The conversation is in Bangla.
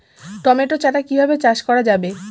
টমেটো চারা কিভাবে চাষ করা যাবে?